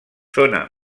zona